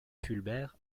fulbert